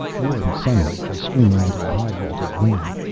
warm sunlight was streaming into the high-vaulted room.